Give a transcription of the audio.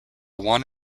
one